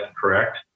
correct